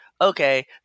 okay